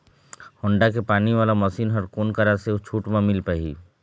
Honda के पानी वाला मशीन हर कोन करा से छूट म मिल पाही?